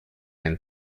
and